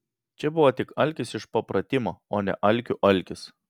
čia buvo tik alkis iš papratimo o ne alkių alkis